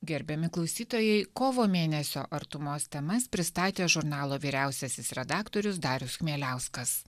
gerbiami klausytojai kovo mėnesio artumos temas pristatė žurnalo vyriausiasis redaktorius darius chmieliauskas